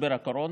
משבר הקורונה,